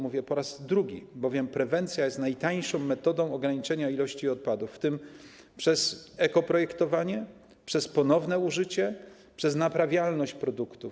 Mówię to po raz drugi, bowiem prewencja jest najtańszą metodą ograniczenia ilości odpadów, w tym przez ekoprojektowanie, przez ponowne użycie, przez naprawialność produktów.